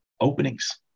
openings